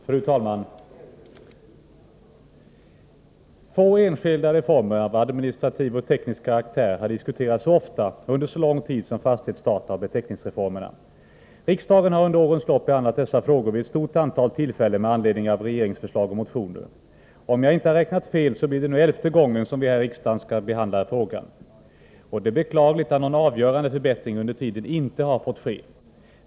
Fru talman! Få enskilda reformer av administrativ och teknisk karaktär har diskuterats så ofta och under så lång tid som fastighetsdataoch beteckningsreformerna. Riksdagen har under årens lopp behandlat dessa frågor vid ett stort antal tillfällen med anledning av regeringsförslag och motioner. Om jag inte har räknat fel så blir det nu elfte gången som vi här i riksdagen skall behandla frågan. Det är beklagligt att någon avgörande förbättring under tiden inte har fått ske.